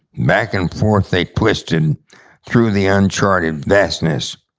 back and forth they twisted and through and the uncharted vastness,